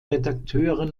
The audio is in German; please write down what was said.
redakteure